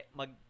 mag